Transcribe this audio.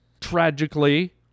tragically